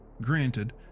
Granted